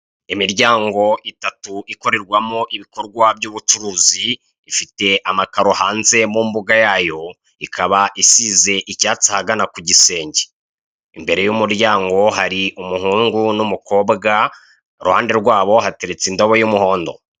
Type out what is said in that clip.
Imiryango itatu ikorerwamo ibikorwa by'ubucuruzi, ifite amakaro hanze mu mbuga yayo, ikaba isize icyatsi ahagana ku gisenge. Imbere y'umuryango hari umuhungu n'umukobwa, iruhande rwabo hateretse indobo y'umuhondo.